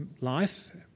life